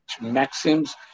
maxims